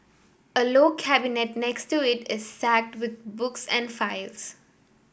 a low cabinet next to it is stacked with books and files